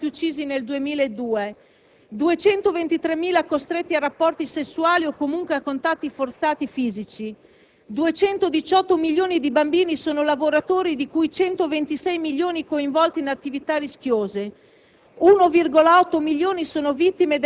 Almeno 50.000 minori sono stati uccisi nel 2002; 223.000 sono stati costretti a rapporti sessuali o comunque a contatti fisici forzati; 218 milioni di bambini sono lavoratori, di cui 126 milioni coinvolti in attività rischiose;